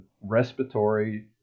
respiratory